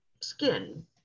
skin